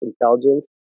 intelligence